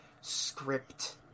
script